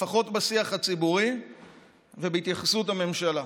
לפחות בשיח הציבורי ובהתייחסות הממשלה.